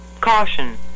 Caution